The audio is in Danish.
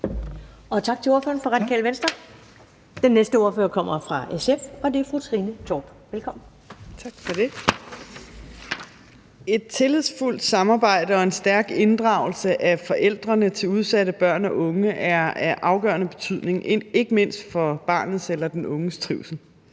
Et tillidsfuldt samarbejde og en stærk inddragelse af forældrene til udsatte børn og unge er af afgørende betydning ikke mindst for barnets eller den unges trivsel.